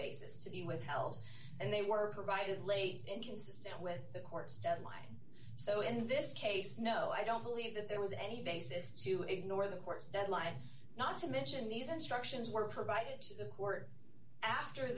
basis to be withheld and they were provided late inconsistent with the court's deadline so in this case no i don't believe that there was any basis to ignore the court's deadline not to mention these instructions were provided to the court after